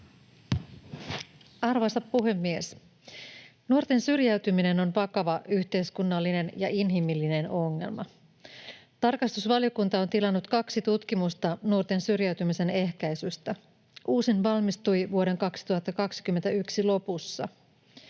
Arvoisa puhemies! Nuorten syrjäytyminen on vakava yhteiskunnallinen ja inhimillinen ongelma. Tarkastusvaliokunta on tilannut kaksi tutkimusta nuorten syrjäytymisen ehkäisystä. Uusin valmistui vuoden 2021 lopussa.